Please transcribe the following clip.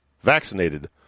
vaccinated